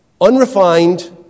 Unrefined